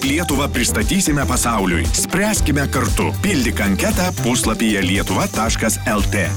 lietuvą pristatysime pasauliui spręskime kartu pildyk anketą puslapyje lietuva taškas lt